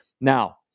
Now